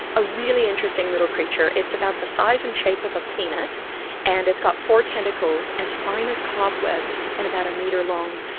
a really interesting little creature, creature, it's about the size and shape of a peanut and it's got four tentacles as fine as cobwebs and about a metre long.